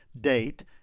date